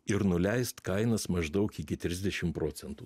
ir nuleist kainas maždaug iki trisdešim procentų